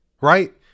Right